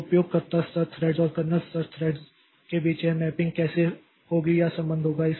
तो उपयोगकर्ता स्तर थ्रेड्स और कर्नेल स्तर थ्रेड्स के बीच यह मैपिंग कैसे होगी या संबंध होगा